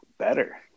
Better